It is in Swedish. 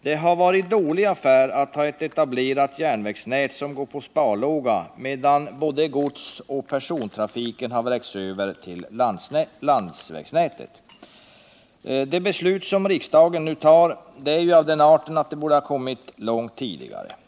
Det har varit en dålig affär att ha ett etablerat järnvägsnät som går på sparlåga medan både godsoch persontrafik vräkts över till landsvägsnätet. De beslut som riksdagen nu fattar är av den arten att de borde ha kommit långt tidigare.